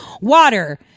Water